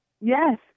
Yes